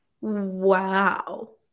Wow